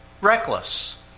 Reckless